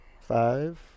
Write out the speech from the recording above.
Five